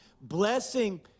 Blessing